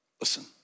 Listen